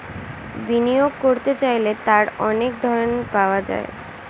বিনিয়োগ করতে চাইলে তার অনেক ধরন পাওয়া যায়